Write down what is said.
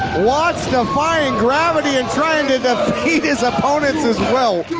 watts defying gravity and trying to defeat his opponents as well,